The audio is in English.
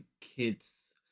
kids